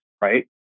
right